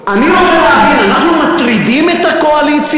אני רוצה להבין: אנחנו מטרידים את הקואליציה?